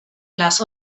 las